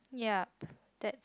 yup that's